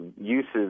uses